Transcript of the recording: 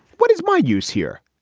what is my use here.